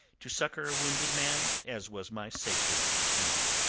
to succour a wounded man, as was my sacred duty.